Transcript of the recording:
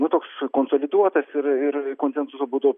nu toks konsoliduotas ir ir konsensuso būdu